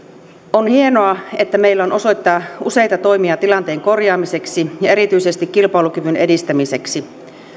on hienoa että meillä on osoittaa useita toimia tilanteen korjaamiseksi ja erityisesti kilpailukyvyn edistämiseksi